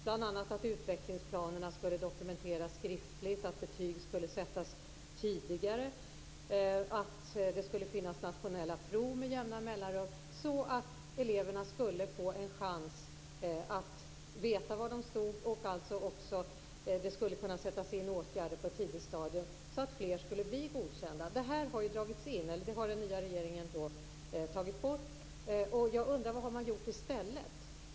Bl.a. skulle utvecklingsplanerna dokumenteras skriftligt, betyg skulle sättas tidigare, det skulle anordnas nationella prov med jämna mellanrum för att eleverna skulle få en chans att veta var de stod och för att det skulle kunna sättas in åtgärder på ett tidigt stadium så att fler skulle bli godkända. Detta har ju tagits bort av den nya regeringen. Jag undrar då: Vad har man gjort i stället?